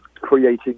creating